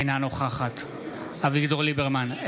אינה נוכחת אביגדור ליברמן,